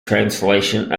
translation